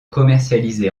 commercialisé